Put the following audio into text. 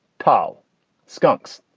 tall skunks,